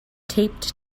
taped